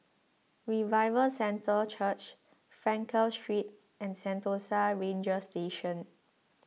Revival Centre Church Frankel Street and Sentosa Ranger Station